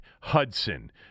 Hudson